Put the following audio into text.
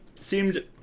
seemed